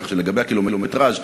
כך שלגבי הקילומטרז'